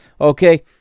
okay